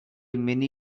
many